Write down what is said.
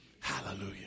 Hallelujah